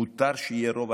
מותר שיהיה רוב,